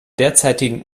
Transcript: derzeitigen